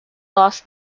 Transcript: lost